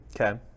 Okay